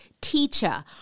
teacher